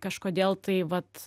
kažkodėl tai vat